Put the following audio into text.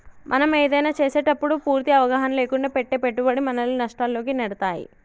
మనం ఏదైనా చేసేటప్పుడు పూర్తి అవగాహన లేకుండా పెట్టే పెట్టుబడి మనల్ని నష్టాల్లోకి నెడతాయి